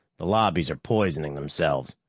the lobbies are poisoning themselves,